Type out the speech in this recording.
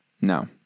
No